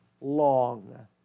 long